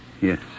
Yes